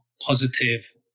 positive